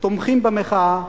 תומכים במחאה,